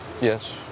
Yes